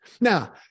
Now